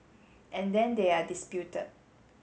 and then they are disputed